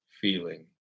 feeling